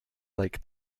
like